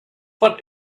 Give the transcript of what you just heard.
what